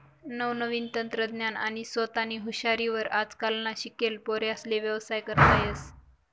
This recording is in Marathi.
नवनवीन तंत्रज्ञान आणि सोतानी हुशारी वर आजकालना शिकेल पोर्यास्ले व्यवसाय करता येस